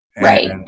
Right